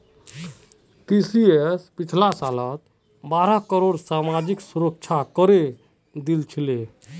TCS पिछला साल बारह करोड़ सामाजिक सुरक्षा करे दिल छिले